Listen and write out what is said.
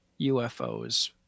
UFOs